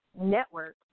network